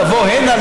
לבוא הנה,